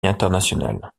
internationale